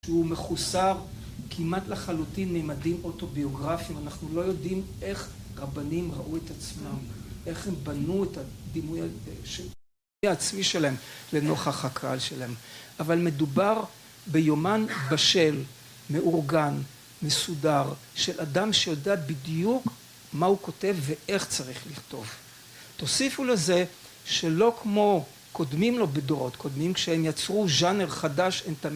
שהוא מחוסר כמעט לחלוטין מימדים אוטוביוגרפיים, אנחנו לא יודעים איך רבנים ראו את עצמם, איך הם בנו את הדימוי העצמי שלהם לנוכח הקהל שלהם. אבל מדובר ביומן בשל, מאורגן, מסודר, של אדם שיודע בדיוק מה הוא כותב ואיך צריך לכתוב. תוסיפו לזה שלא כמו קודמים לו בדורות, קודמים כשהם יצרו ז'אנר חדש...